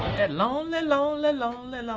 and lonely, lonely, lonely